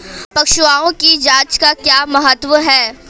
पशुओं की जांच का क्या महत्व है?